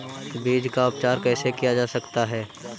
बीज का उपचार कैसे किया जा सकता है?